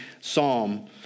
psalm